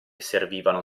servivano